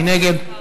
מי נגד?